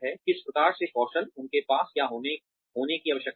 किस प्रकार के कौशल उनके पास क्या होने की आवश्यकता है